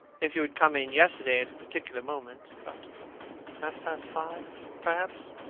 if you had come in yesterday at a particular moment about half-past five, perhaps,